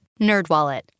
NerdWallet